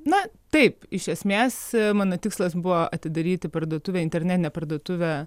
na taip iš esmės mano tikslas buvo atidaryti parduotuvę internetinę parduotuvę